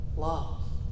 love